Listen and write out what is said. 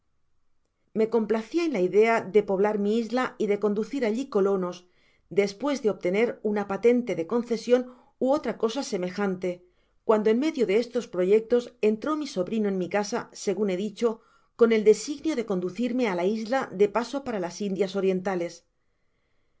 me complacía en la idea de poblar mi isla y de conducir alli colonos despues de obtener una patente de concesion ú otra cosa semejante cuando en medio de estos proyectos entró mi sobrino en mi casa segun he dicho con el designio de conducirme á la isla de paso para las indias orientales